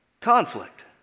Conflict